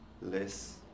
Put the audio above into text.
less